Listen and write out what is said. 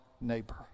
neighbor